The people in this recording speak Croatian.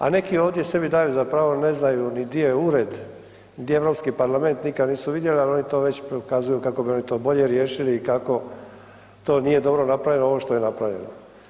A neki ovdje sebi daju za pravo ne znaju ni di je ured, gdje je Europski parlament, nikad nisu vidjeli, ali oni to već prokazuju kako bi oni to bolje riješili i kako to nije dobro napravljeno ovo što je napravljeno.